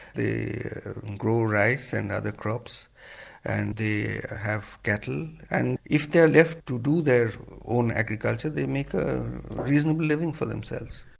they and grow rice and other crops and they have cattle. and if they are left to do their own agriculture they make a reasonable living for themselves.